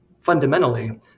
fundamentally